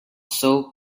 soaked